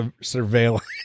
surveillance